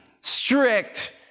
strict